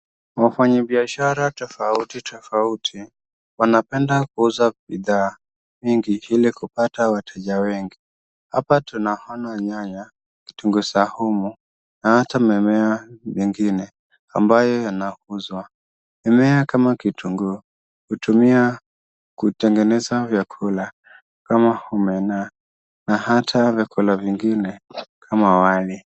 Wafanyibiashara tofauti tofauti wanapenda kuuza bidhaa mingi ilikupata wateja wengi, hapa tunaona nyanya, kitunguu saumu, na hata mimea mingine ambayo yanauzwa.m Mimea kama kitunguu hutumia kutengeneza vyakula kama omena na hata vyakula vingine kama wali.